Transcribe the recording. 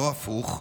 לא הפוך,